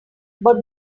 but